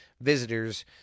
visitors